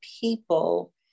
people